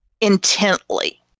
intently